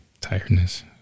Tiredness